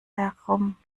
herum